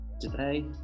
Today